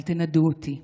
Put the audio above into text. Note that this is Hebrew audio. אל תנדו אותי,